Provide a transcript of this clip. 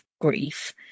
grief